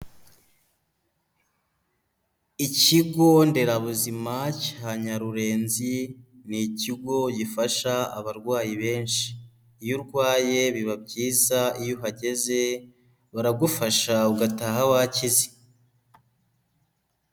Ikigo nderabuzima cya Nyarurenzi, ni ikigo gifasha abarwayi benshi, iyo urwaye biba byiza iyo uhageze, baragufasha ugataha wakize.